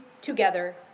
together